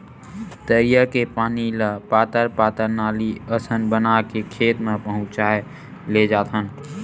तरिया के पानी ल पातर पातर नाली असन बना के खेत म पहुचाए लेजाथन